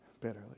bitterly